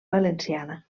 valenciana